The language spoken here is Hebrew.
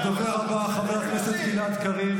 הדובר הבא, חבר הכנסת גלעד קריב.